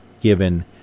given